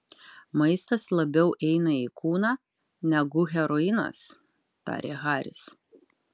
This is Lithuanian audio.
maistas labiau eina į kūną negu heroinas tarė haris